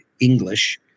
English